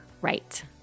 right